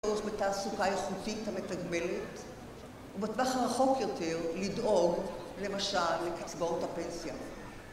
בתעסוקה איכותית המתגמלת ובטווח הרחוק יותר לדאוג למשל לקצבאות הפנסיה